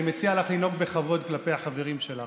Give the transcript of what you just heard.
אני מציע לך לנהוג בכבוד כלפי החברים שלך.